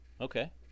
Okay